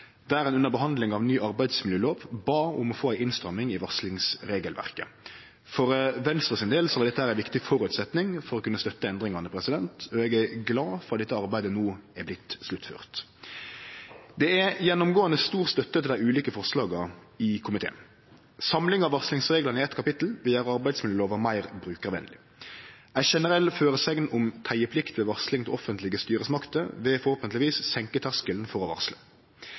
der ein under behandling av ny arbeidsmiljølov bad om å få ei innstramming i varslingsregelverket. For Venstre si del var dette ein viktig føresetnad for å kunne støtte endringane. Eg er glad for at dette arbeidet no er blitt sluttført. Det er gjennomgåande stor støtte til dei ulike forslaga i komiteen. Samlinga av varslingsreglane i eitt kapittel gjer arbeidsmiljølova meir brukarvennleg. Ei generell føresegn om teieplikt ved varsling til offentlege styresmakter vil vonleg senke terskelen for å varsle.